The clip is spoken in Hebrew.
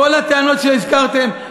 כל הטענות שהזכרתם,